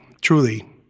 truly